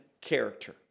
character